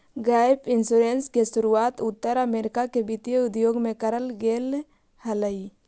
gap insurance के शुरुआत उत्तर अमेरिका के वित्तीय उद्योग में करल गेले हलाई